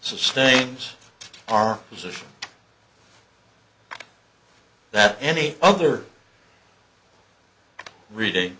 sustains our position that any other reading